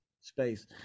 space